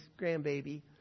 grandbaby